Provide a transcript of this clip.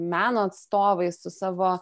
meno atstovai su savo